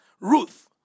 Ruth